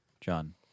John